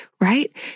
right